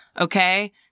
Okay